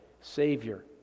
Savior